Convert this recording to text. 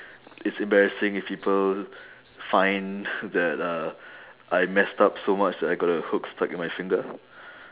it's embarrassing if people find that uh I messed up so much that I got a hook stuck in my finger